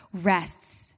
rests